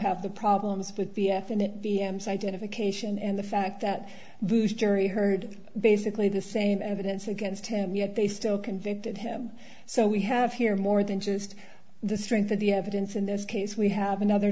have the problems with the f and the m's identification and the fact that the jury heard basically the same evidence against him yet they still convicted him so we have here more than just the strength of the evidence in this case we have another